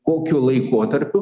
kokiu laikotarpiu